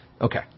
Okay